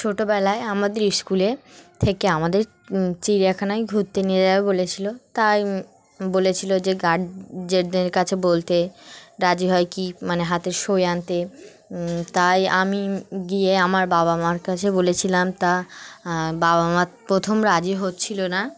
ছোটোবেলায় আমাদের স্কুলে থেকে আমাদের চিড়িয়াখানায় ঘুরতে নিয়ে যাবে বলেছিলো তাই বলেছিলো যে গার্জদের কাছে বলতে রাজি হয় কী মানে হাতের শই আনতে তাই আমি গিয়ে আমার বাবা মার কাছে বলেছিলাম তা বাবা মাার প্রথম রাজি হচ্ছিল না